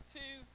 two